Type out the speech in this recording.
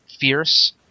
Fierce